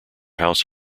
house